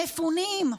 המפונים,